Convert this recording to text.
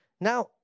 Now